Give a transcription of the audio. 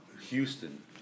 Houston